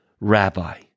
Rabbi